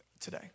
today